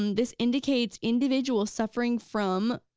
um this indicates individual suffering from,